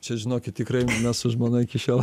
čia žinokit tikrai mes su žmona iki šiol